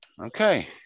Okay